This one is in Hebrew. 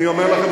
אני אומר לכם,